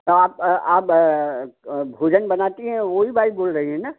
तो आप आप भोजन बनाती हैं वही बाई बोल रही हैं ना